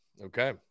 Okay